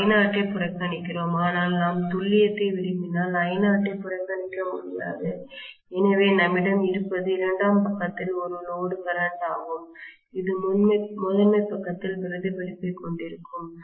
நாம் I0 ஐ புறக்கணிக்கிறோம் ஆனால் நாம் துல்லியத்தை விரும்பினால் I0 ஐ புறக்கணிக்க முடியாது எனவே நம்மிடம் இருப்பது இரண்டாம் பக்கத்தில் ஒரு லோடு கரண்ட் ஆகும் இது முதன்மை பக்கத்தில் பிரதிபலிப்பைக் கொண்டிருக்கும்